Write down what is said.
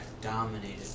dominated